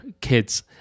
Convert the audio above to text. kids